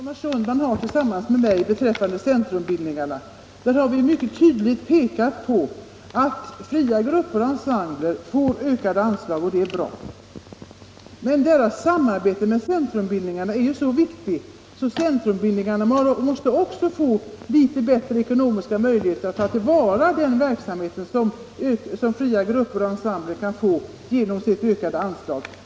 Herr talman! I den reservation beträffande bidrag till centrumbildningarna som herr Sundman och jag avgivit har vi mycket tydligt pekat på att fria grupper och ensembler får ökade anslag. Det är bra. Men deras samarbete med centrumbildningarna är så viktigt att också dessa måste få något bättre ekonomiska möjligheter för att kunna ta till vara den verksamhet som fria grupper och ensembler kan genomföra med hjälp av sitt ökade anslag.